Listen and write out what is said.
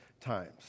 times